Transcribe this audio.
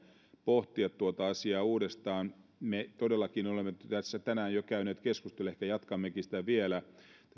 pohtia tuota asiaa uudestaan me todellakin olemme tässä tänään jo käyneet keskustelua ehkä jatkammekin sitä vielä tästä